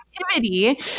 Activity